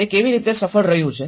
તે કેવી રીતે સફળ રહ્યું છે